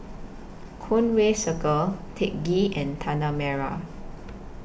Conway Circle Teck Ghee and Tanah Merah